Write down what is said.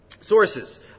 sources